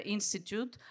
Institute